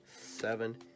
seven